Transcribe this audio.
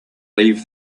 leave